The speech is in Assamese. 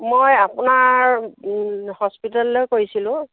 মই আপোনাৰ হস্পিটেললৈ কৰিছিলোঁ